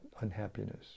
unhappiness